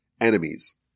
enemies